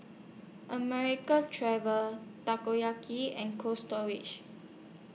American Traveller Toyoki and Cold Storage